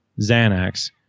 Xanax